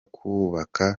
kubaka